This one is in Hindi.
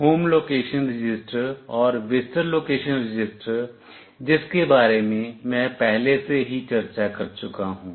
होम लोकेशन रजिस्टर और विजिटर लोकेशन रजिस्टर जिसके बारे में मैं पहले से ही चर्चा कर चुका हूं